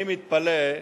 אני מתפלא,